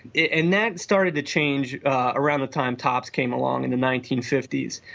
and that started to change around the time topps came along in the nineteen fifty s.